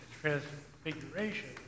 transfiguration